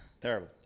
Terrible